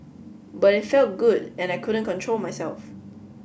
but it felt good and I couldn't control myself